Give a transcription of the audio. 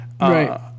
Right